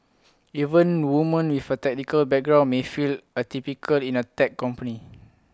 even woman with A technical background may feel atypical in A tech company